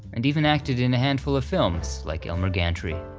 and even acted in a handful of films, like elmer gantry.